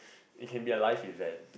it can be a life event